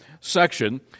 section